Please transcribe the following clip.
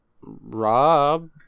Rob